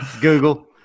Google